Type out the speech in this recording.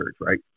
right